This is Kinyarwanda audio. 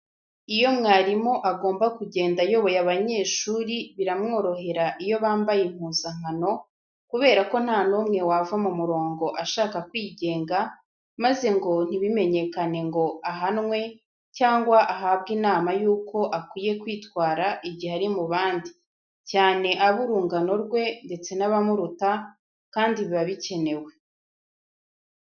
Iyo mwarimu agomba kugenda ayoboye abanyeshuri, biramworohera iyo bambaye impuzankano kubera ko nta n'umwe wava mu murongo ashaka kwigenga, maze ngo ntibimenyekane ngo ahanwe cyangwa ahabwe inama y'uko akwiye kwitwara igihe ari mu bandi, cyane ab'urungano rwe ndetse n'abamuruta, kandi biba bikenewe.